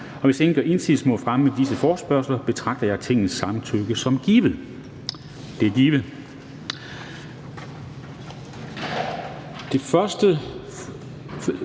Hvis ingen gør indsigelse mod fremme af disse forespørgsler, betragter jeg Tingets samtykke som givet. Det er givet. --- Det næste